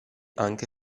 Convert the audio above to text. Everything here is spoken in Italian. anche